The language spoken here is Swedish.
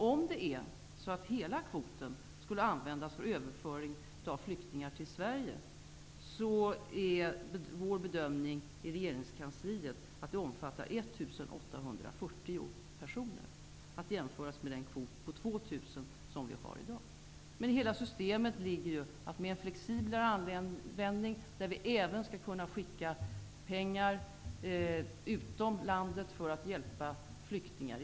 Om hela kvoten skulle användas för överföring av flyktingar till Sverige, är vår bedömning i regeringskansliet att det omfattar 1 840 personer, vilket skall jämföras med den kvot på 2 000 personer som vi har i dag. Men i hela systemet ligger ju att man med en flexiblare användning skall kunna skicka pengar utanför landet för att hjälpa flyktingar.